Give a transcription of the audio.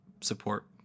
support